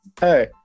Hey